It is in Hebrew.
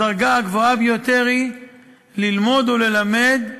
הדרגה הגבוהה ביותר היא ללמוד וללמד,